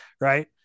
Right